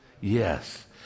Yes